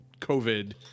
COVID